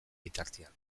bitartean